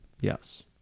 yes